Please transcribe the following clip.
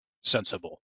sensible